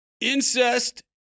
Incest